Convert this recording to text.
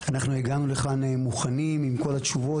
אנחנו הגענו לכאן מוכנים עם כל התשובות,